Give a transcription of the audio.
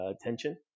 attention